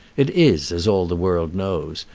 it is, as all the world knows,